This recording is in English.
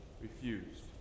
refused